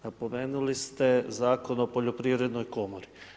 Napomenuli ste Zakon o Poljoprivrednoj komori.